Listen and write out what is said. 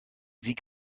sie